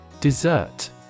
Dessert